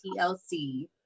TLC